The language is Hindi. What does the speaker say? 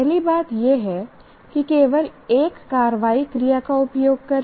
पहली बात यह है कि केवल एक कार्रवाई क्रिया का उपयोग करें